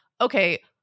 okay